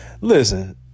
Listen